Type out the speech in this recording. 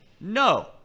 No